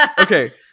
Okay